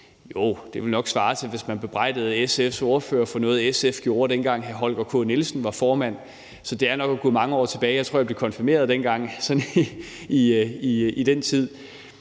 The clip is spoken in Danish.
det? Det ville nok svare til, hvis man bebrejdede SF's ordfører for noget, SF gjorde, dengang hr. Holger K. Nielsen var formand. Det er at gå mange år tilbage. Jeg tror, jeg blev konfirmeret dengang, altså i den tid.